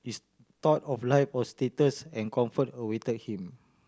he's thought of life a status and comfort await him